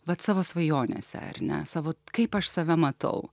vat savo svajonėse ar ne savo kaip aš save matau